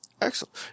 excellent